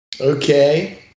Okay